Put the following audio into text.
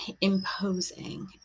imposing